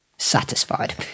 Satisfied